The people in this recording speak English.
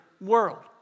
world